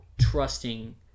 trusting